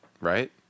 Right